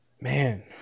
Man